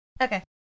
Okay